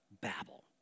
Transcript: babble